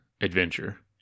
adventure